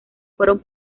fueron